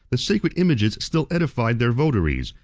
the sacred images still edified their votaries,